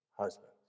Husbands